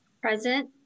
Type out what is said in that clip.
Present